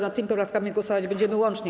Nad tymi poprawkami głosować będziemy łącznie.